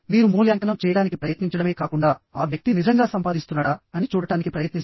మీరు మూల్యాంకనం చేయడానికి ప్రయత్నించడమే కాకుండా ఆ వ్యక్తి నిజంగా సంపాదిస్తున్నాడా అని చూడటానికి ప్రయత్నిస్తారు